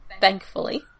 Thankfully